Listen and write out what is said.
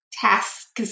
Tasks